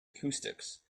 acoustics